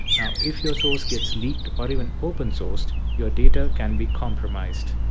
now if your source gets leaked or even open sourced, your data can be compromised.